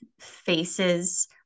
faces